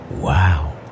Wow